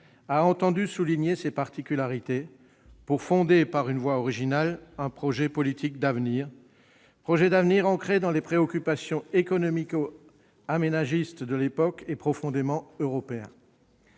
a entendu souligner ses particularités pour fonder, par une voie originale, un projet politique d'avenir, ancré dans les préoccupations économico-aménagistes de l'époque et profondément européen.